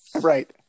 Right